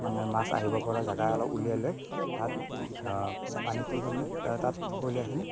মানে মাছ আহিব পৰা জাগা অলপ উলিয়াই লৈ তাত পানীটো তাৰমানে তাত খৈলাখিনি